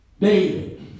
David